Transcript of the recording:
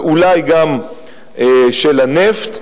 ואולי גם של הנפט,